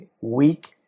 week